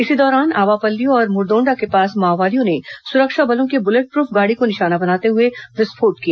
इसी दौरान आवापल्ली और मुरदोण्डा के पास माओवादियों ने सुरक्षा बलों की बुलेट प्रफ गाड़ी को निशाना बनाते हुए विस्फोट किया